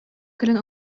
кэлэн